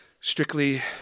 strictly